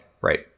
Right